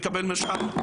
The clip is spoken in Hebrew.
מקבל מרשם,